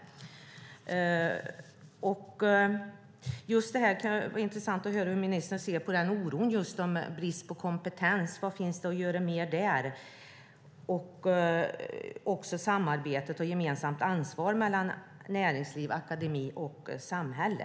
Det kan vara intressant att höra hur ministern ser på oron när det gäller just brist på kompetens. Vad finns det att göra mer där? Det handlar också om samarbetet och ett gemensamt ansvar mellan näringsliv, akademi och samhälle.